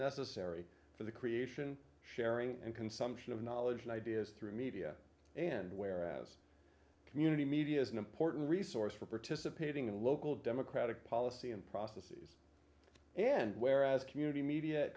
necessary for the creation sharing and consumption of knowledge and ideas through media and whereas community media is an important resource for participating in local democratic policy and processes and whereas community media